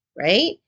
right